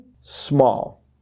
small